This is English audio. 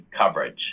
coverage